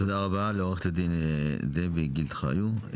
תודה רבה לעורכת הדין דבי גילד חיו.